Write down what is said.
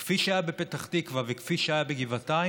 כפי שהיה בפתח תקווה וכפי שהיה בגבעתיים,